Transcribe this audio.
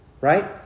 Right